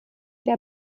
der